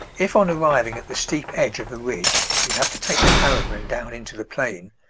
if on arriving at the steep edge of a ridge, you have to take the caravan down into the plain,